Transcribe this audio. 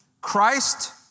Christ